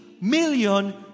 million